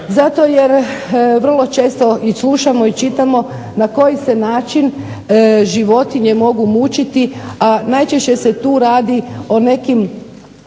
zato jer vrlo često i slušamo i čitamo na koji se način životinje mogu mučiti, a najčešće se tu radi o neki